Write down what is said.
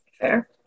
Fair